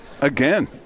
Again